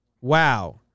Wow